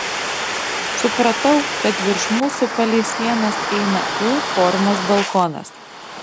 supratau kad virš mūsų palei sienas eina u formos balkonas